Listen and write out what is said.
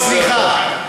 סליחה,